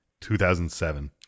2007